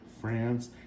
France